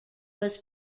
was